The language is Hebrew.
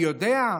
אני יודע?